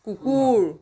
কুকুৰ